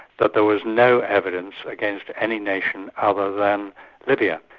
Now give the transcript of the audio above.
that there was no evidence against any nation other than libya,